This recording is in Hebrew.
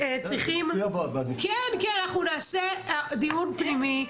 אנחנו נעשה דיון פנימי,